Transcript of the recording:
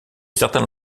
certains